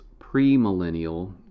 premillennial